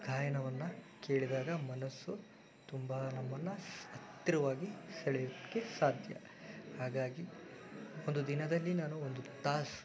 ಗಾಯನವನ್ನು ಕೇಳಿದಾಗ ಮನಸ್ಸು ತುಂಬ ನಮ್ಮನ್ನು ಹತ್ತಿರವಾಗಿ ಸೆಳೆಯೋಕ್ಕೆ ಸಾಧ್ಯ ಹಾಗಾಗಿ ಒಂದು ದಿನದಲ್ಲಿ ನಾನು ಒಂದು ತಾಸು